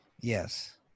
Yes